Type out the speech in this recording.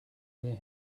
hear